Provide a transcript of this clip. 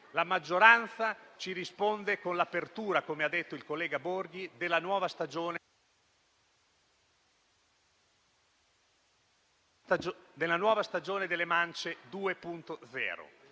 La maggioranza ci risponde con l'apertura - come ha detto il collega Borghi - della nuova stagione delle mance 2.0: